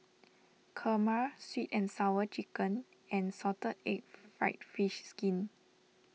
Kurma Sweet and Sour Chicken and Salted Egg Fried Fish Skin